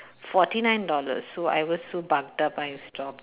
forty nine dollars so I was so bugged up I stop